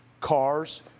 cars